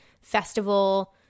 festival